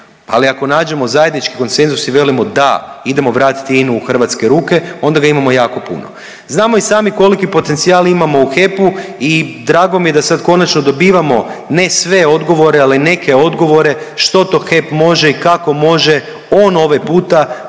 ali ako nađemo zajednički konsenzus i velimo da, idemo vratiti INA-u u hrvatske ruke, onda ga imamo jako puno. Znamo i sami koliki potencijal imamo u HEP-u i drago mi je da sad konačno dobivamo, ne sve odgovore, ali neke odgovore što to HEP može i kako može on ovaj puta